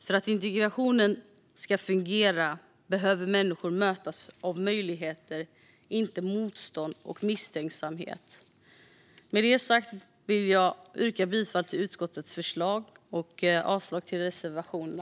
För att integrationen ska fungera behöver människor mötas av möjligheter, inte motstånd och misstänksamhet. Med detta sagt vill jag yrka bifall till utskottets förslag och avslag på reservationerna.